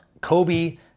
Kobe